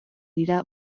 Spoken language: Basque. dira